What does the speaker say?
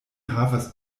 havas